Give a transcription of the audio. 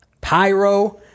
Pyro